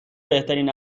بهترین